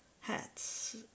hats